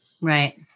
Right